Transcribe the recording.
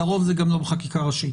לרוב זה גם לא בחקיקה ראשית,